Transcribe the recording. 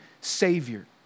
savior